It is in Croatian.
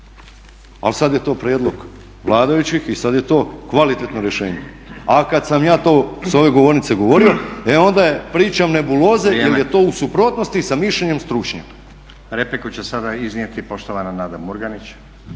ali sad je to prijedlog vladajućih i sad je to kvalitetno rješenje, a kad sam ja to s ove govornice govorio e onda je pričam nebuloze jer je to u suprotnosti sa mišljenjem stručnjaka. **Stazić, Nenad (SDP)** Vrijeme. Repliku će sada iznijeti poštovana Nada Murganić.